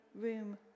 room